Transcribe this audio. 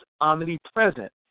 omnipresent